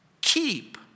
keep